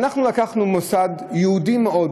ואנחנו לקחנו מוסד יהודי מאוד,